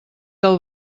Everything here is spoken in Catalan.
del